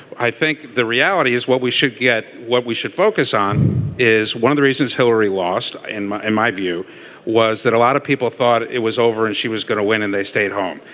i think the reality is what we should get what we should focus on is one of the reasons hillary lost in my and my view was that a lot of people thought it was over and she was going to win and they stayed home.